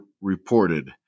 reported